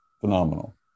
Phenomenal